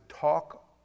talk